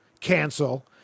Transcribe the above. cancel